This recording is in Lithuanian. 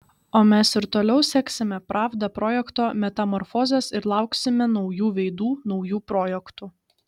o mes ir toliau seksime pravda projekto metamorfozes ir lauksime naujų veidų naujų projektų